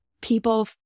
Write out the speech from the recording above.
people